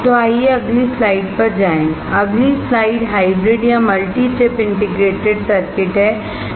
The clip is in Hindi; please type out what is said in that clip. तो आइए अगली स्लाइड पर जाएं अगली स्लाइड हाइब्रिड या मल्टी चिपइंटीग्रेटेड सर्किट है